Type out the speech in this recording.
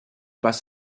pas